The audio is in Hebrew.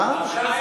מה?